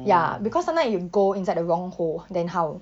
ya because sometime you go inside the wrong hole then how